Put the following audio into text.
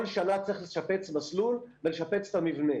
כל שנה צריך לשפץ מסלול ולשפץ את המבנה.